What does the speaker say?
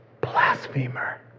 blasphemer